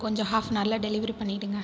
கொஞ்சம் half an ஹாரில் delivery பண்ணிவிடுங்க